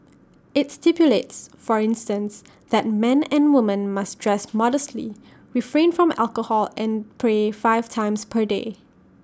IT stipulates for instance that men and women must dress modestly refrain from alcohol and pray five times per day